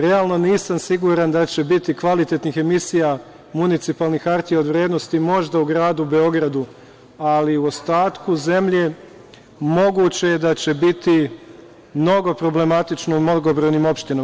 Realno nisam siguran da će biti kvalitetnih emisija municipalnih hartija od vrednosti, možda u gradu Beogradu, ali u ostatku zemlje moguće je da će biti mnogo problematično u mnogobrojnim opštinama.